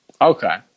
Okay